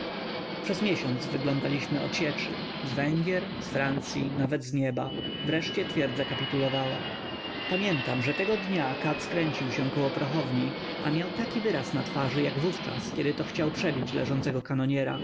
przez miesiąc wyglądaliśmy odsieczy z węgier z francyi nawet z nieba nareszcie twierdza kapitulowała pamiętam że tego dnia katz kręcił się około prochowni a miał taki wyraz na twarzy jak wówczas kiedy to chciał przebić leżącego kanoniera